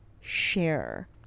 share